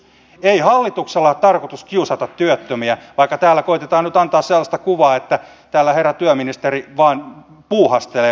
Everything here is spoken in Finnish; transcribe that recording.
ei hallituksella ole tarkoitus kiusata työttömiä vaikka täällä koetetaan nyt antaa sellaista kuvaa että täällä herra työministeri vain puuhastelee